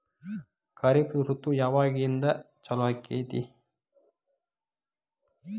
ಖಾರಿಫ್ ಋತು ಯಾವಾಗಿಂದ ಚಾಲು ಆಗ್ತೈತಿ?